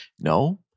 no